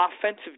offensive